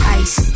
ice